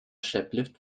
schlepplift